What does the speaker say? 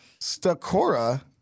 Stakora